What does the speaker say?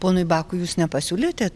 ponui bakui jūs nepasiūlėte